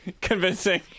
convincing